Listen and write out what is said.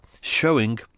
showing